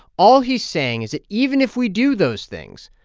all he's saying is that even if we do those things,